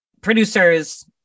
producers